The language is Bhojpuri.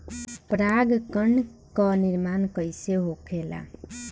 पराग कण क निर्माण कइसे होखेला?